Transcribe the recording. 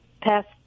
past